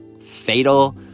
fatal